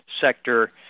sector